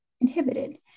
inhibited